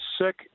sick